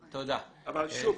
אבל שוב,